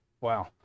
Wow